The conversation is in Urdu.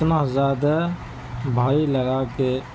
اتنا زیادہ بھاری لگا کہ